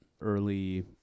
early